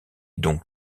donc